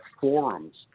forums